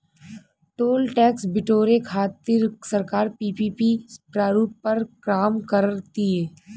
toll tax बिटोरे खातिर सरकार पीपीपी प्रारूप पर काम कर तीय